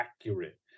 accurate